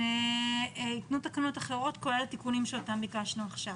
הם ייתנו תקנות אחרות כולל התיקונים שאותם ביקשנו עכשיו